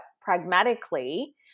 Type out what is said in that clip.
pragmatically